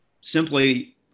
simply